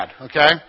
okay